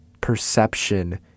perception